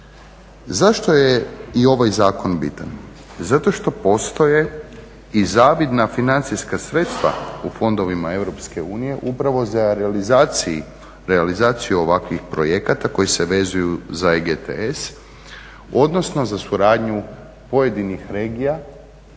Zašto je i ovaj zakon bitan? Zato što postoje i zavidna financijska sredstva u fondovima EU upravo za realizaciju ovakvih projekata koji se vezuju za EGTS, odnosno za suradnju pojedinih regija